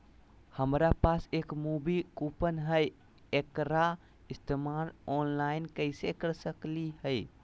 हमरा पास एक मूवी कूपन हई, एकरा इस्तेमाल ऑनलाइन कैसे कर सकली हई?